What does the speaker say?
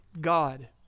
God